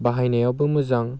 बाहायनायाबो मोजां